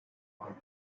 are